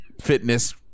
fitness